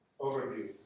overview